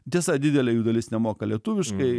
tiesa didelė jų dalis nemoka lietuviškai